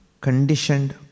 conditioned